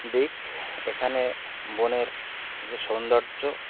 দিক এখানে বনের যে সৌন্দর্য